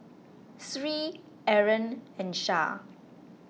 Sri Aaron and Shah